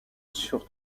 sur